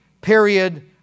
period